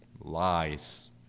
Lies